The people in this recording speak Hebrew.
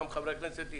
חברי הכנסת,